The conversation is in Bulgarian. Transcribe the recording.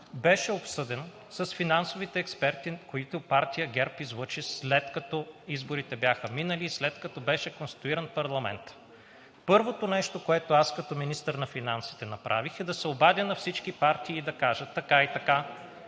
беше обсъден с финансовите експерти, излъчени от партия ГЕРБ, след като изборите бяха минали и след като беше конституиран парламентът. Първото нещо, което направих като министър на финансите, беше да се обадя на всички партии и да кажа: така и така,